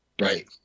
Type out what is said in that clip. Right